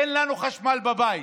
אין לנו חשמל בבית.